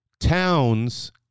towns